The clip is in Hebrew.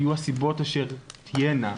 תהיינה הסיבות אשר תהיינה,